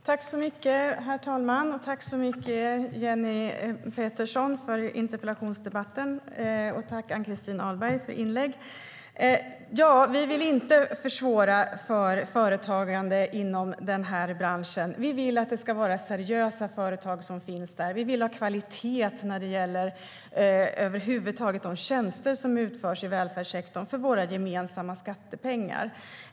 Herr talman! Tack, Jenny Petersson, för interpellationsdebatten och tack, Ann-Christin Ahlberg, för inlägg! Vi vill inte försvåra för företagande inom den här branschen. Vi vill att det ska vara seriösa företag som finns där. Vi vill ha kvalitet när det över huvud taget gäller de tjänster som utförs i välfärdssektorn för våra gemensamma skattepengar.